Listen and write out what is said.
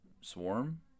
swarm